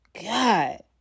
god